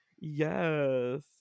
Yes